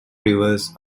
rivers